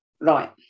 Right